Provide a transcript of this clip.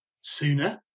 sooner